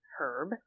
Herb